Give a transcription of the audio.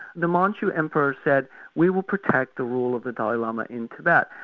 the manchu emperor said we will protect the rule of the dalai lama in tibet,